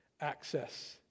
access